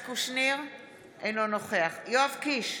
אינו נוכח יואב קיש,